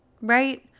Right